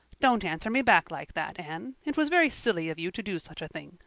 don't answer me back like that, anne. it was very silly of you to do such a thing.